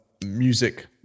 music